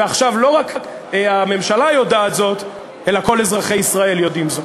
ועכשיו לא רק הממשלה יודעת זאת אלא כל אזרחי ישראל יודעים זאת.